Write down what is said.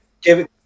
give